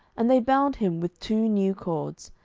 and they bound him with two new cords,